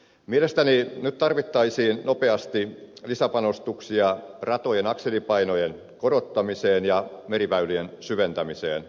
mielestäni nyt tarvittaisiin nopeasti lisäpanostuksia ratojen akselipainojen korottamiseen ja meriväylien syventämiseen